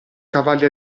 cavalli